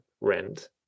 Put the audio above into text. rent